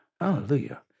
Hallelujah